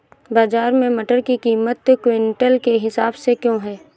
बाजार में मटर की कीमत क्विंटल के हिसाब से क्यो है?